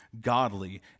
godly